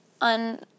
on